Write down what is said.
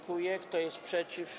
Kto jest przeciw?